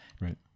Right